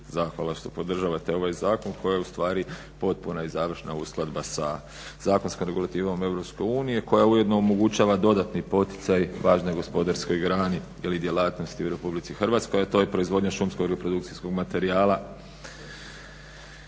zahvala što podržavate ovaj zakon koji je ustvari potpuna i završna uskladba sa zakonskom regulativom EU koja ujedno omogućava dodatni poticaj važnoj gospodarskoj grani ili djelatnosti u RH, a to je proizvodnja šumskog i reprodukcijskog materijala